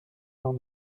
jean